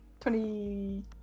Twenty